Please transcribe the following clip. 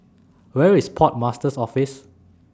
Where IS Port Master's Office